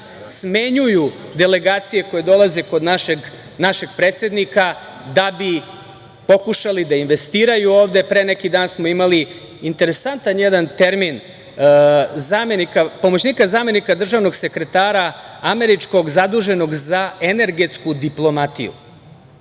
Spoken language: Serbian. smenjuju delegacije koje dolaze kod našeg predsednika da bi pokušali da investiraju ovde. Pre neki dan smo imali interesantan jedan termin pomoćnika zamenika državnog sekretara američkog zaduženog za energetsku diplomatiju.